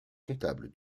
comptable